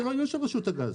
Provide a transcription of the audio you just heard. זה לא עניין של רשות הגז,